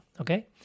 okay